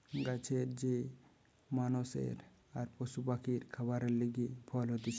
গাছের যে মানষের আর পশু পাখির খাবারের লিগে ফল হতিছে